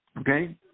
Okay